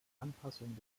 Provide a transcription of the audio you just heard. anpassung